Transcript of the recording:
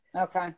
Okay